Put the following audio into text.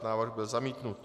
Návrh byl zamítnut.